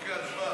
הצבעה.